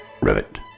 rivet